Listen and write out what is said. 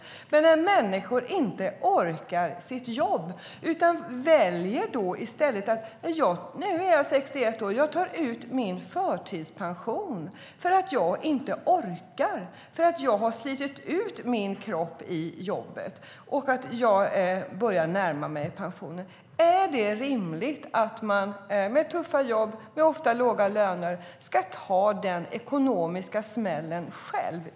Är det rimligt att människor med tuffa jobb och ofta låga löner, som inte orkar jobba därför att de har slitit ut sina kroppar utan väljer att vid 61 års ålder ta ut sin förtida pension, ska ta den ekonomiska smällen själva?